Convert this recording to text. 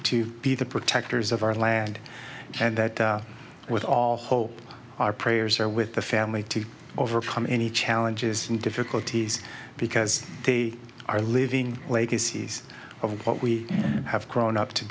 to be the protectors of our land and that with all hope our prayers are with the family to overcome any challenges and difficulties because they are living legacies of what we have grown up to